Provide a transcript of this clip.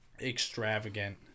extravagant